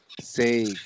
Say